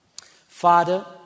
Father